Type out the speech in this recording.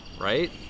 right